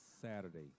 Saturday